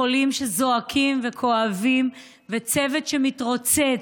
חולים שזועקים וכואבים, וצוות שמתרוצץ.